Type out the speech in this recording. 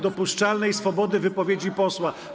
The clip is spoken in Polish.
dopuszczalnej swobody wypowiedzi posła.